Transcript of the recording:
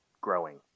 growing